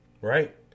Right